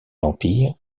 l’empire